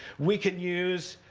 we can use